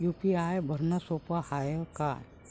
UPI भरनं सोप हाय का?